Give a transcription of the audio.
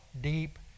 deep